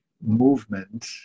movement